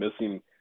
missing